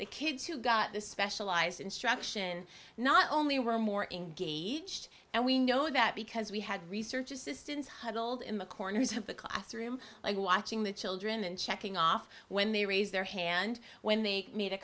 the kids who got the specialized instruction not only were more engaged and we know that because we had research assistants huddled in the corners of the classroom watching the children and checking off when they raise their hand when they made a